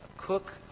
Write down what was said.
cook,